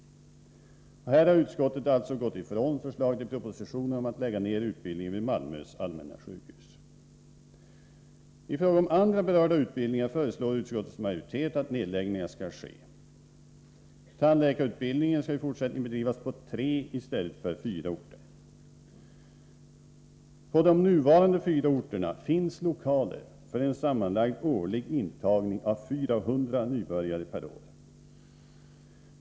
På den punkten har utskottet alltså frångått propositionens förslag om en nedläggning av utbildningen vid Malmö Allmänna sjukhus. I fråga om andra berörda utbildningar föreslår utskottets majoritet att nedläggningar skall ske. Tandläkarutbildningen skall i fortsättningen bedrivas på tre orter i stället för, som nu är fallet, på fyra orter. På de nuvarande fyra orterna finns lokaler som räcker för en årlig intagning av totalt 400 nybörjare.